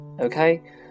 Okay